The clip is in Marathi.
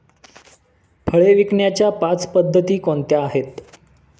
फळे विकण्याच्या पाच पद्धती कोणत्या आहेत?